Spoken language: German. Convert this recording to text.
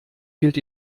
fehlt